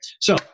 So-